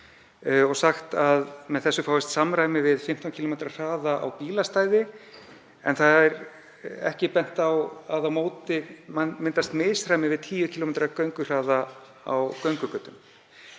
og sagt að með þessu fáist samræmi við 15 km hraða á bílastæði. En ekki er bent á að á móti myndast misræmi við 10 km gönguhraða á göngugötum.